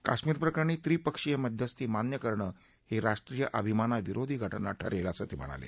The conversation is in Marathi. कश्मीर प्रकरणी त्रिपक्षीय मध्यस्थी मान्य करणं ही राष्ट्रीय अभिमाना विरोधी घटना ठरेल असं ते म्हणाले